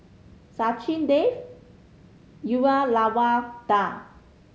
Sachin Dev Uyyalawada